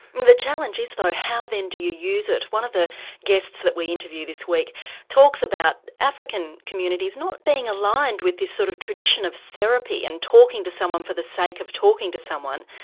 the challenge is though how then do you use it? one of the guests that we interviewed this week talks about african communities not being aligned with this sort of tradition of therapy and talking to someone for the sake of talking to someone,